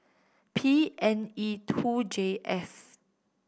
P N E two J F